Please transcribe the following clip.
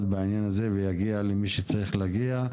בעניין הזה ויגיע למי שצריך להגיע,